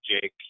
Jake